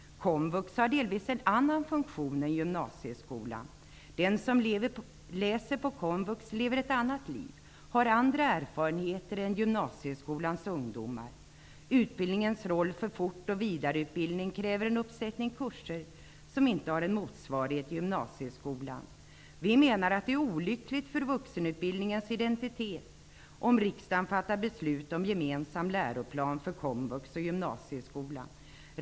Komvux har delvis en annan funktion än gymnasieskolan. Den som läser på komvux lever ett annat liv och har andra erfarenheter än gymnasieskolans ungdomar. Utbildningens roll för fort och vidareutbildning kräver en uppsättning kurser, som inte har någon motsvarighet i gymnasieskolan. Vi menar att det är olyckligt för vuxenutbildningens identitet, om riksdagen fattar beslut om en gemensam läroplan för komvux och gymnasieskolan.